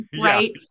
Right